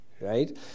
right